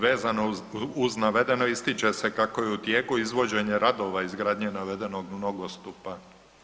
Vezano uz navedeno ističe se kako je u tijeku izvođenje radova izgradnje navedenog nogostupa.